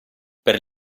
per